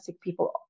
people